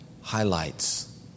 highlights